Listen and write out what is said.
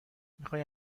میخوای